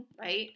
right